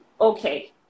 Okay